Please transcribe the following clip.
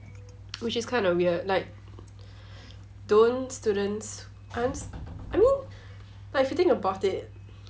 which is kinda weird like don't students aren't I mean like if you think about it